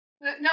no